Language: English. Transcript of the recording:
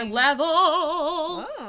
levels